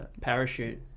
parachute